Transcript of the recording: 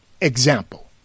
Example